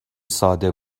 ساده